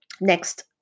next